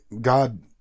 God